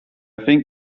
think